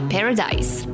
Paradise